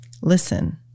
Listen